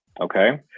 okay